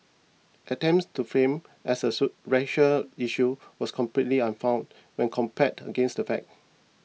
attempts to frame as a soup racial issue was completely unfounded when compared against the facts